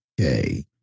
okay